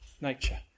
nature